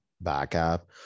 backup